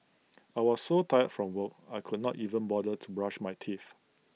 I was so tired from work I could not even bother to brush my teeth